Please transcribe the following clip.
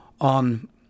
on